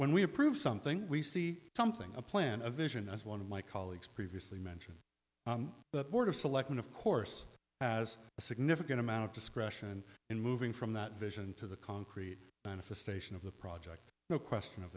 when we approve something we see something a plan a vision as one of my colleagues previously mentioned the board of selectmen of course as a significant amount of discretion in moving from that vision to the concrete manifestation of the project no question of